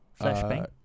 Flashbang